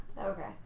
Okay